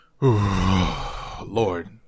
Lord